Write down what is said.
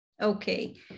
Okay